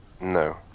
No